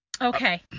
okay